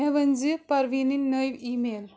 مےٚ ؤنۍ زِ پرویٖنٕنۍ نٔوۍ اِی میل